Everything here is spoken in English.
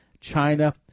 China